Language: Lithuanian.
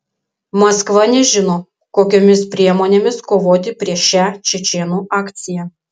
maskva nežino kokiomis priemonėmis kovoti prieš šią čečėnų akciją